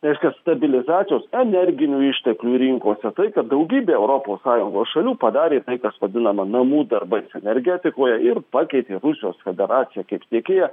reiškia stabilizacijos energinių išteklių rinkose tai kad daugybė europos sąjungos šalių padarė tai kas vadinama namų darbais energetikoje ir pakeitė rusijos federaciją kaip tiekėją